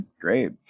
great